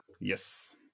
Yes